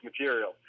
material